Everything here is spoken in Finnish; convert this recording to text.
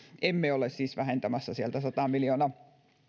emme ole siis vähentämässä sieltä sataa miljoonaa